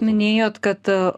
minėjot kad